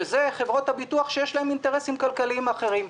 שזה חברות הביטוח שיש להן אינטרסים כלכליים אחרים.